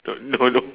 no no no